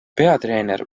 peatreener